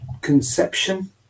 Conception